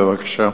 בבקשה.